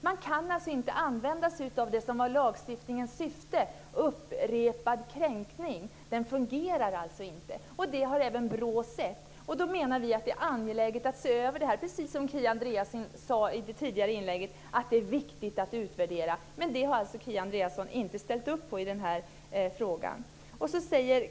Man kan alltså inte använda sig av det som var lagstiftningens syfte vid upprepad kränkning. Lagen fungerar alltså inte. Det har även BRÅ sett. Då menar vi att det är angeläget att se över den och, precis som Kia Andreasson sade i ett tidigare inlägg, att det är viktigt att göra en utvärdering. Men det har alltså Kia Andreasson inte ställt upp på i den här frågan.